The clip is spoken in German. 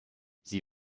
sie